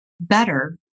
better